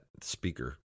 speaker